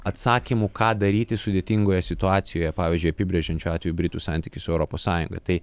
atsakymu ką daryti sudėtingoje situacijoje pavyzdžiui apibrėžiančiu atveju britų santykį su europos sąjunga tai